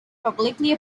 publicly